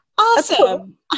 Awesome